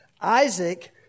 Isaac